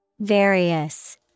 Various